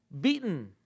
beaten